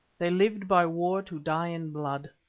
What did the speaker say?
they lived by war to die in blood.